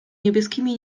niebieskimi